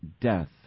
death